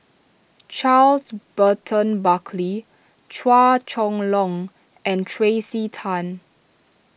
Charles Burton Buckley Chua Chong Long and Tracey Tan